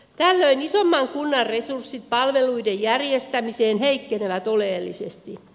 tällöin isomman kunnan resurssit palveluiden järjestämiseen heikkenevät oleellisesti